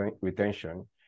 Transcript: retention